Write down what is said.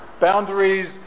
Boundaries